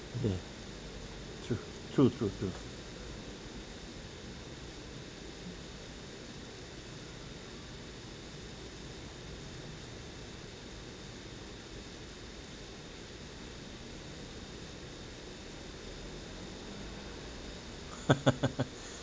ya true true true true